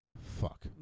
fuck